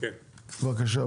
בבקשה.